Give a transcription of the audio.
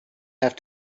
have